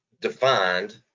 defined